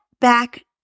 back